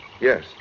Yes